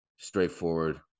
straightforward